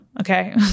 okay